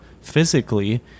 physically